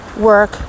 work